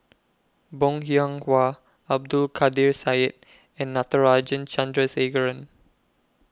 Bong Hiong Hwa Abdul Kadir Syed and Natarajan Chandrasekaran